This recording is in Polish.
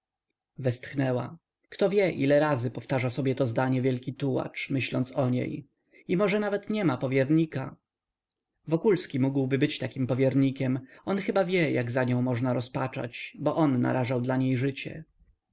westchnęła kto wie ile razy powtarza sobie te zdania wielki tułacz myśląc o niej i może nawet nie ma powiernika wokulski mógłby być takim powiernikiem on chyba wie jak za nią można rozpaczać bo on narażał dla niej życie